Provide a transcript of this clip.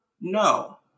No